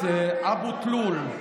אתם הסדרתם את ביר הדאג', את אבו תלול,